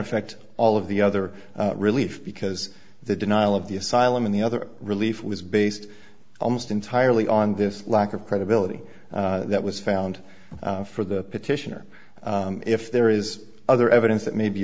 affect all of the other relief because the denial of the asylum and the other relief was based almost entirely on this lack of credibility that was found for the petitioner if there is other evidence that may be